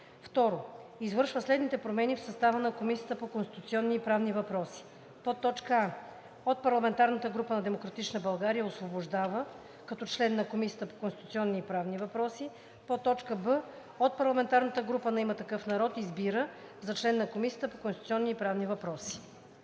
2. Извършва следните промени в състава на Комисията по конституционни и правни въпроси: а) от парламентарната група на „Демократична България“ освобождава … като член на Комисията по конституционни и правни въпроси; б) от парламентарната група на „Има такъв народ“ избира … за член на Комисията по конституционни и правни въпроси.“